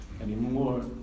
anymore